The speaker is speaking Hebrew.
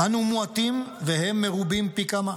"אנו מועטים והם מרובים פי כמה.